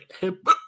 hip